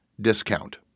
discount